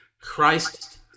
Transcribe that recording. Christ